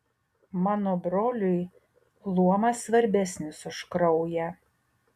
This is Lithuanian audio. mano broliui luomas svarbesnis už kraują